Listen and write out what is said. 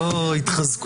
זאת הייתה נקודה